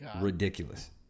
ridiculous